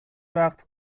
وقت